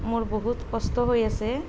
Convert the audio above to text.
মোৰ বহুত কষ্ট হৈ আছে